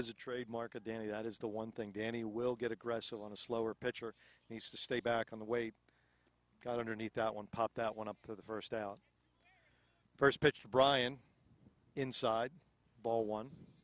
is a trademark advantage that is the one thing danny will get aggressive on a slower pitch or needs to stay back on the weight got underneath that one pop that one up to the first out first pitch for brian inside ball one